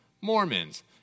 Mormons